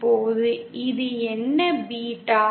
இப்போது இது என்ன பீட்டா